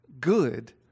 good